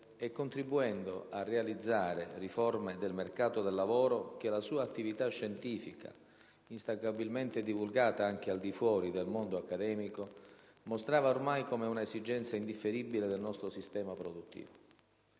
e contribuendo a realizzare quelle riforme del mercato del lavoro che la sua attività scientifica, instancabilmente divulgata anche al di fuori del mondo accademico, mostrava ormai come una esigenza indifferibile del nostro sistema produttivo.